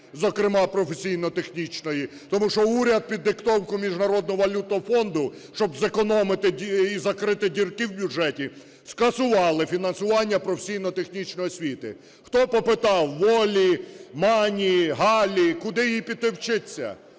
зокрема професійно-технічної. Тому що уряд під диктовку Міжнародного валютного фонду, щоб зекономити і закрити дірки в бюджеті, скасували фінансування професійно-технічної освіти. Хто попитав в Олі, Мані, Галі, куди їй піти вчитися?